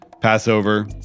Passover